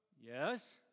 yes